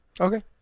Okay